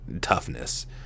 toughness